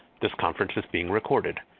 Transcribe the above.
this conference is being recorded.